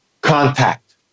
contact